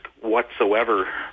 whatsoever